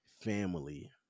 family